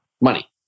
money